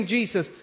Jesus